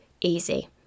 easy